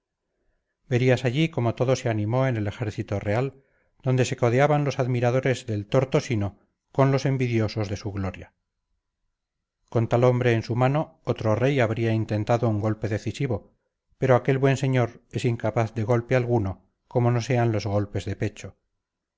verías allí cómo todo se animó en el ejército real donde se codeaban los admiradores del tortosino con los envidiosos de su gloria con tal hombre en su mano otro rey habría intentado un golpe decisivo pero aquel buen señor es incapaz de golpe alguno como no sean los golpes de pecho